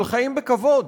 של חיים בכבוד,